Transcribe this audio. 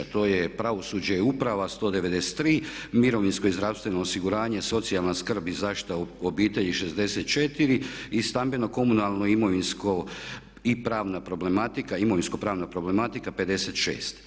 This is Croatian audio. To je pravosuđe i uprava 193, mirovinsko i zdravstveno osiguranje, socijalna skrb i zaštita obitelji 64 i stambeno, komunalno i imovinsko i pravna problematika, imovinsko-pravna problematika 56.